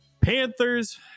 Panthers